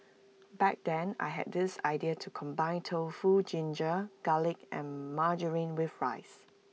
back then I had this idea to combine tofu ginger garlic and margarine with rice